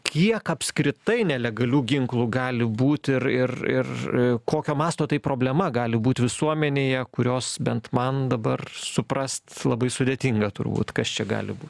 kiek apskritai nelegalių ginklų gali būt ir ir ir kokio masto tai problema gali būt visuomenėje kurios bent man dabar suprast labai sudėtinga turbūt kas čia gali bū